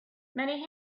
many